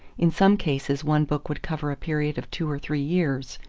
in some cases one book would cover a period of two or three years,